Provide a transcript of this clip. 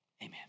Amen